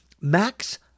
Max